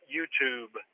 YouTube